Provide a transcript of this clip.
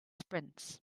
sprints